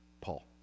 Paul